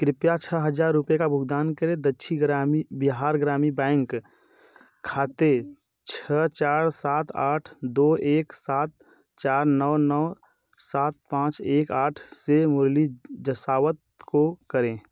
कृपया छह हज़ार रुपये का भुगतान करें दक्षिण ग्रामीण बिहार ग्रामीण बैंक खाते छः चार सात आठ दो एक सात चार नौ नौ सात पाँच एक आठ से मुरली जसावत को करें